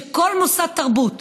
שכל מוסד תרבות